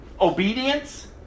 Obedience